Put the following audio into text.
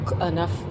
enough